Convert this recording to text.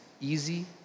easy